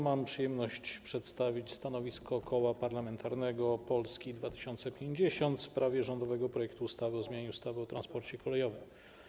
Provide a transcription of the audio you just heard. Mam przyjemność przedstawić stanowisko Koła Parlamentarnego Polska 2050 w sprawie rządowego projektu ustawy o zmianie ustawy o transporcie kolejowym.